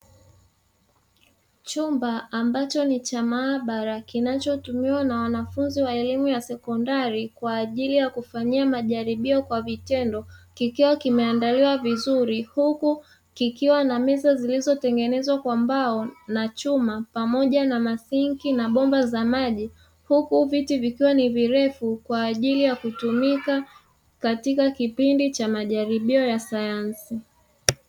Chumba ambacho ni cha maabara kinachotumiwa na wanafunzi wa elimu ya sekondari kwa ajili ya kufanyia majaribio kwa vitendo kikiwa kimeandaliwa vizuri, huku kikiwa na meza zilizotengenezwa kwa mbao na chuma pamoja na masinki na bomba za maji, huku viti vikiwa ni virefu kwa ajili ya kutumika katika kipindi cha majaribio ya sayansi.